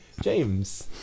James